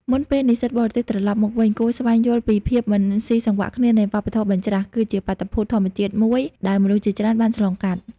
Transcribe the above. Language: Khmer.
មុនពេលនិស្សិតបរទេសត្រឡប់មកវិញ គួរស្វែងយល់ថាភាពមិនស៊ីសង្វាក់គ្នានៃវប្បធម៌បញ្ច្រាស គឺជាបាតុភូតធម្មតាមួយដែលមនុស្សជាច្រើនបានឆ្លងកាត់។